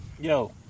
yo